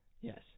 yes